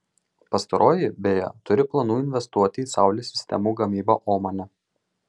pastaroji beje turi planų investuoti į saulės sistemų gamybą omane